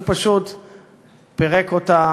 הוא פשוט פירק אותה,